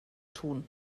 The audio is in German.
tun